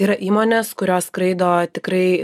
yra įmonės kurios skraido tikrai